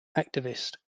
activist